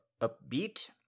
upbeat